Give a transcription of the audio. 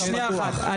שנייה אחת,